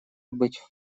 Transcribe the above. быть